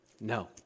No